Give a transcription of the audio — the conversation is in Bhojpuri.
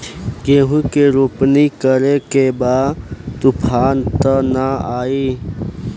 गेहूं के रोपनी करे के बा तूफान त ना आई न?